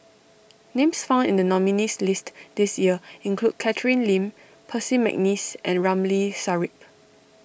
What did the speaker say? names found in the nominees' list this year include Catherine Lim Percy McNeice and Ramli Sarip